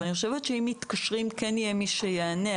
אבל אני חושבת שאם מתקשרים כן יהיה מי שיענה,